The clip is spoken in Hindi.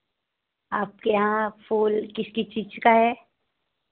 आपके यहाँ फूल किस किस चीज़ का है